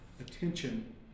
attention